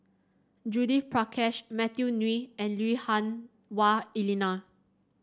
Judith Prakash Matthew Ngui and Lui Hah Wah Elena